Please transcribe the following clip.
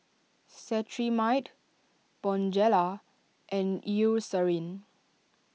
Cetrimide Bonjela and Eucerin